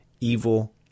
Evil